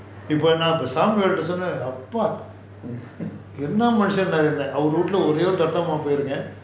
இப்போ என்ன சாமீ கூட சொன்ன அப்பா என்ன மனுஷன் ஆவர் வீட்டுல ஒரே தடவ தான் போய் இருக்கேன்:ippo enna samy kuda sonna appa enna manusan aavaru veetula ore thaadava thaan poi irukaen